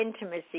intimacy